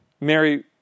Mary